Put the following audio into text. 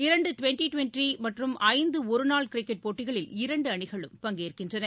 இரண்டு twenty twenty மற்றும் ஐந்து ஒரு நாள் கிரிக்கெட் போட்டிகளில் இரண்டு அணிகளும் பங்கேற்கின்றன